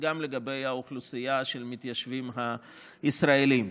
וגם לגבי האוכלוסייה של המתיישבים הישראלים.